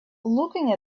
looking